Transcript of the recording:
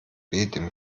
dem